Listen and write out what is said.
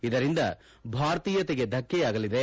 ಇದರಿಂದ ಭಾರತೀಯತೆಗೆ ಧಕ್ಕೆಯಾಗಲಿದೆ